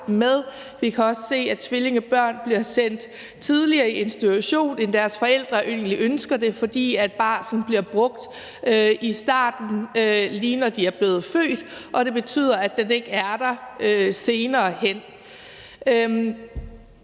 Vi kan også se, at tvillingebørn bliver sendt tidligere i institution, end deres forældre egentlig ønsker det, fordi barslen bliver brugt i starten, lige når de er blevet født, og det betyder, at den ikke er der senere hen.